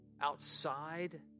outside